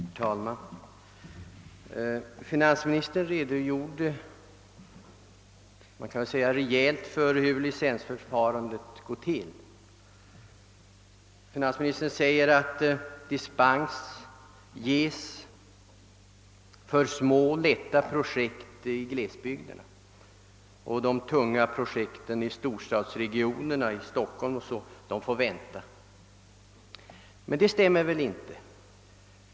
Herr talman! Finansministern redogjorde grundligt för dispensförfarandet och klargjorde att dispens ges för små och lätta projekt i glesbygderna, medan de tunga projekten i storstadsregionerna får vänta. Men det stämmer väl inte!